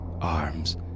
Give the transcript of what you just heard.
arms